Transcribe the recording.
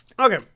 Okay